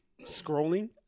scrolling